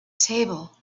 table